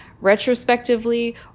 retrospectively